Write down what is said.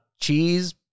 cheese